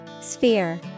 Sphere